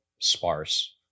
sparse